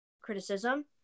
criticism